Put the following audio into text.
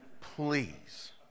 Please